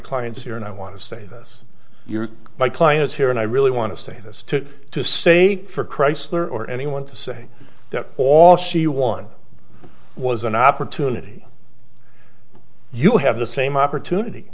clients here and i want to say this you're my client is here and i really want to say this to to say for chrysler or anyone to say that all she won was an opportunity you have the same opportunity